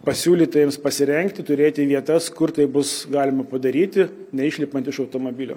pasiūlyta jiems pasirengti turėti vietas kur tai bus galima padaryti neišlipant iš automobilio